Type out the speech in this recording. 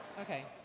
Okay